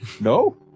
No